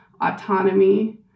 autonomy